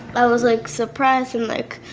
i was, like, surprised, and, like,